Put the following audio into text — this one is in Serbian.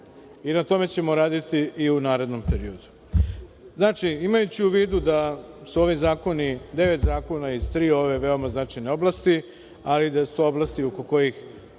i na tome ćemo raditi i u narednom periodu. Znači, imajući u vidu da su ovi zakoni, devet zakona, iz tri ove veoma značajne oblasti, ali i da su to oblasti oko kojih